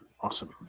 Awesome